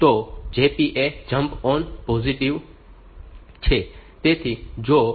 તો JP એ jump on positive છે